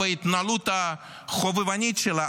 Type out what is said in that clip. בהתנהלות החובבנית שלה,